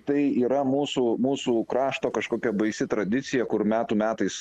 tai yra mūsų mūsų krašto kažkokia baisi tradicija kur metų metais